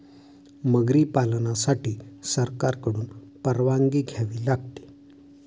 मगरी पालनासाठी सरकारकडून परवानगी घ्यावी लागते